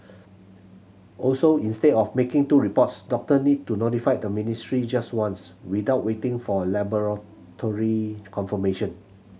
also instead of making two reports doctor need to notify the ministry just once without waiting for laboratory confirmation